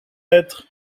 être